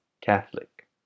catholic